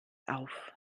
auf